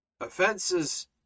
offenses